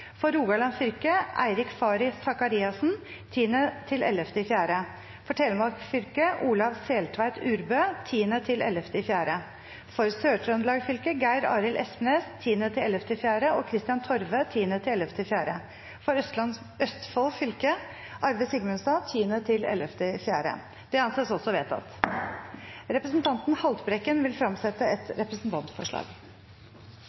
For Rogaland fylke: Eirik Faret Sakariassen 10.–11. april For Telemark fylke: Olav Seltveit Urbø 10.–11. april For Sør-Trøndelag fylke: Geir Arild Espnes 10.–11. april og Kristian Torve 10.–11. april For Østfold fylke: Arve Sigmundstad 10.–11. april Representanten Lars Haltbrekken vil